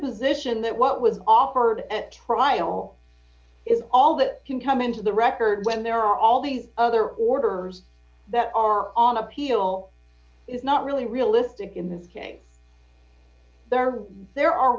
position that what was offered at trial is all that can come into the record when there are all these other orders that are on appeal is not really realistic in this case there are there are